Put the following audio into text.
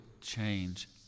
change